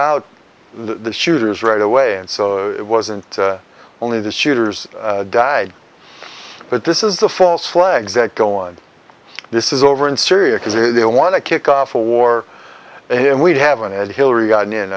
out the shooters right away and so it wasn't only the shooters died but this is the false flags that go on this is over in syria because they want to kick off a war and we haven't had hillary